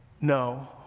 no